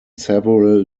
several